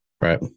Right